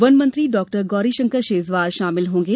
one मंत्री डॉ गौरीशंकर शेजवार सम्मिलित होंगे